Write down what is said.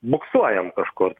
buksuojam kažkur